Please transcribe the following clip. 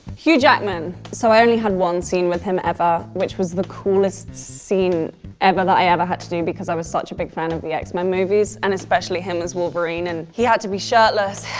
hugh jackman. so i only had one scene with him ever, which was the coolest scene ever that i ever had to do because i was such a big fan of the x-men movies and especially him as wolverine, and he had to be shirtless.